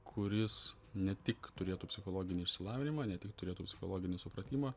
kuris ne tik turėtų psichologinį išsilavinimą ne tik turėtų psichologinį supratimą